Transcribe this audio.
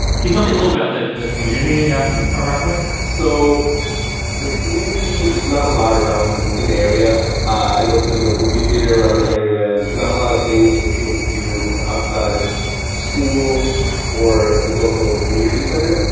q tell me a little about the the community and in far rockaway so the community there's not a lot around in the area. i notice there's no movie theater around the area there's not a lot of things for people to do outside of school or the local community center,